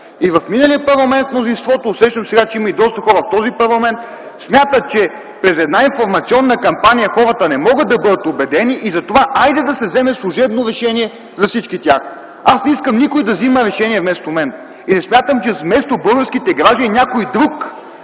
И в миналия парламент мнозинството, усещам, че сега има и доста хора от него в този парламент, смятат, че през една информационна кампания не могат да бъдат убедени и затова, хайде да се вземе служебно решение за всички тях! Аз не искам никой да вземе решение вместо мен и не смятам, че вместо българските граждани някой друг,